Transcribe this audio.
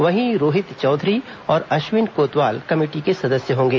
वहीं रोहित चौधरी और अश्विन कोतवाल कमेटी के सदस्य होंगे